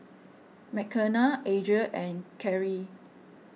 Mckenna Adria and Karrie